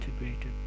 integrated